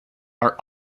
are